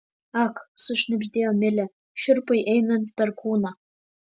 ak sušnibždėjo milė šiurpui einant per kūną